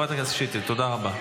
וחברת הכנסת שטרית, תודה רבה.